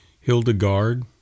Hildegard